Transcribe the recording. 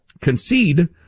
concede